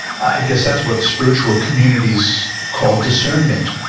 i guess, that's what spiritual communities call discernment.